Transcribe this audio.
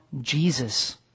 Jesus